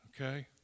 okay